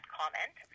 comment